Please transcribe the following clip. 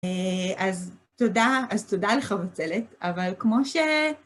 אז תודה, אז תודה לחבצלת, אבל כמו ש...